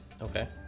Okay